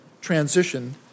transition